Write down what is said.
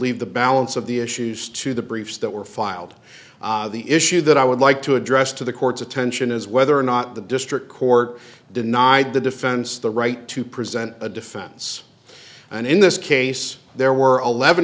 leave the balance of the issues to the briefs that were filed the issue that i would like to address to the court's attention is whether or not the district court denied the defense the right to present a defense and in this case there were eleven